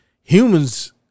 Humans